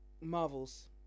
Marvels